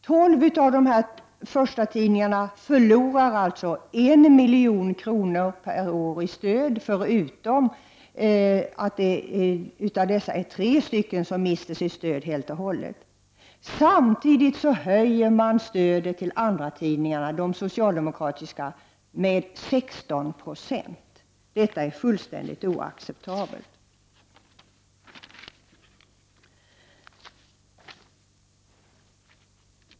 Tolv av förstatidningarna förlorar en miljon kronor per år i stöd, förutom att tre stycken mister sitt stöd helt och hållet. Samtidigt höjs stödet till andratidningarna, de socialdemokratiska, med 16 90. Detta är fullständigt oacceptabelt.